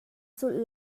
zulh